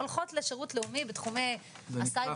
הולכות לשירות לאומי בתחומי הסייבר,